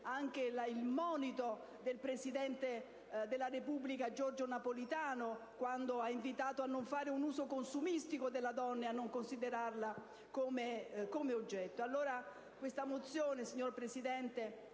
anche il monito del Presidente della Repubblica, Giorgio Napolitano, quando ha invitato a non fare un uso consumistico della donna e a non considerarla come oggetto.